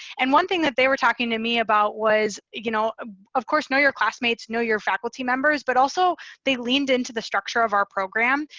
and one thing that they were talking to me about was, you know ah of course, know your classmates, know your faculty members, but also they leaned into the structure of our program.